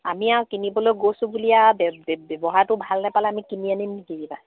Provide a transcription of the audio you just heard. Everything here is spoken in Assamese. আমি আৰু কিনিবলৈ গৈছোঁ বুলিয়ে আৰু ব্যৱহাৰটো ভাল নোপালে আমি কিনি আনিম নেকি কিবা